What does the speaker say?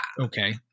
okay